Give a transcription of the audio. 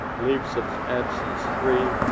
leaves of absence, three.